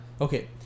okay